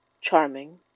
charming